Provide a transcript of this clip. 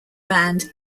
band